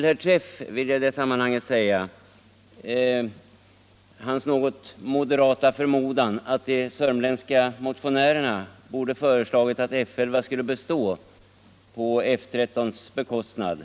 Herr Träff hade i det sammanhanget en något moderat förmodan, nämligen att sörmländska motionärerna väl borde ha föreslagit att F 11 skulle bestå på F 13:s bekostnad.